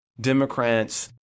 Democrats